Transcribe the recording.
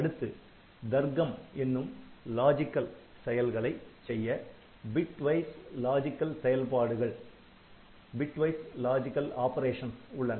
அடுத்து தர்க்கம் என்னும் லாஜிக்கல் செயல்களைச் செய்ய பிட்வைஸ் லாஜிக்கல் செயல்பாடுகள் உள்ளன